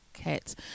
cats